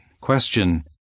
question